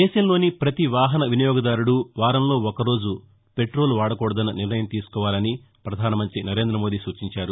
దేశంలోని ప్రతి వాహన వినియోగదారుడూ వారంలో ఒకరోజు పెట్రోలు వాడకూడదన్న నిర్ణయం తీసుకోవాలని ప్రధాన మంతి నరేంద్ర మోదీ సూచించారు